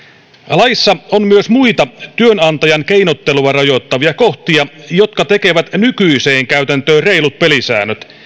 laissa on myös muita työnantajan keinottelua rajoittavia kohtia jotka tekevät nykyiseen käytäntöön reilut pelisäännöt